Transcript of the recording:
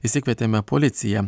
išsikvietėme policiją